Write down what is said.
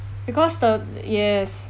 because the yes